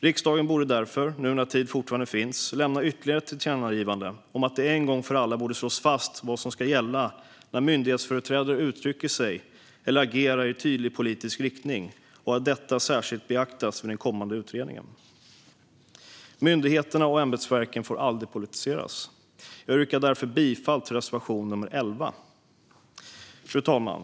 Riksdagen borde därför, nu när tid fortfarande finns, lämna ytterligare ett tillkännagivande om att det en gång för alla borde slås fast vad som ska gälla när myndighetsföreträdare uttrycker sig eller agerar i tydlig politisk riktning och att detta särskilt beaktas vid den kommande utredningen. Myndigheterna och ämbetsverken får aldrig politiseras. Jag yrkar därför bifall till reservation 11. Fru talman!